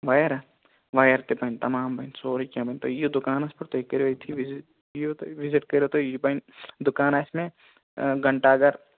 وَیَرَ ہا وَیَر تہِ بَنہِ تَمام بَنہِ سورُے کیٚنٛہہ بَنہِ تُہۍ یِیِو دُکانَس پیٚٹھ تُہۍ کٔرِو ییٚتتھٕے وِزِٹ یِیِو تُہۍ وِزِٹ کٔرِو تُہۍ یہِ بَنہِ دُکان آسہِ مےٚ آ گَھنٹا گر